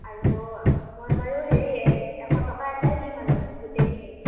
আৰু মই বাৰু হেৰি এশ টকা এটাই দিম আৰু গোটেইখিনিত